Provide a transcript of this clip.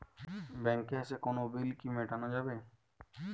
ব্যাংকে এসে কোনো বিল কি মেটানো যাবে?